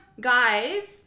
guys